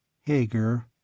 Hager